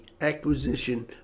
acquisition